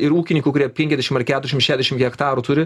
ir ūkininkų kurie penkiasdešimt ar keturiasdešimt šedešimt hektarų turi